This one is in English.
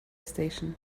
station